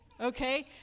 Okay